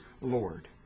Lord